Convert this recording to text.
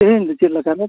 ᱟᱹᱵᱤᱱ ᱫᱚ ᱪᱮᱫ ᱞᱮᱠᱟ ᱨᱮ